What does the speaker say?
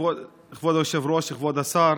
כבוד היושב-ראש, כבוד השר,